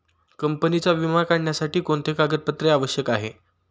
कंपनीचा विमा काढण्यासाठी कोणते कागदपत्रे आवश्यक आहे?